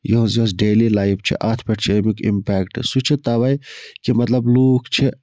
یِۂنز یۄس daily life چھےٚ اَتھ پٮ۪ٹھ چھُ اَمیُک اِمپیکٹ سُہ چھُ تَوے کہِ مطلب لوٗکھ چھِ